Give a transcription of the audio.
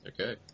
Okay